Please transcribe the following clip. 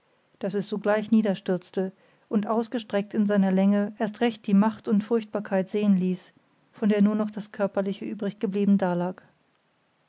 daß es sogleich niederstürzte und ausgestreckt in seiner länge erst recht die macht und furchtbarkeit sehen ließ von der nur noch das körperliche übriggeblieben dalag